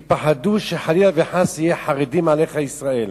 כי פחדו שחלילה וחס יהיו חרדים עליך ישראל,